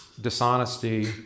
dishonesty